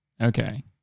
Okay